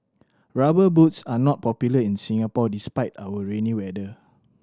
Rubber Boots are not popular in Singapore despite our rainy weather